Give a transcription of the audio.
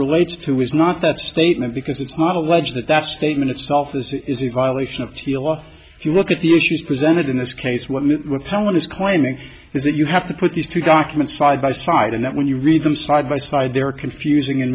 relates to is not that statement because it's not allege that that statement itself is a violation of theola if you look at the issues presented in this case what palin is claiming is that you have to put these two documents side by side and that when you read them side by side they are confusing and